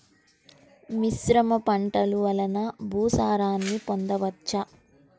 మిశ్రమ పంటలు వలన భూసారాన్ని పొందవచ్చా?